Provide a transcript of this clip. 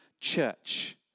church